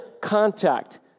contact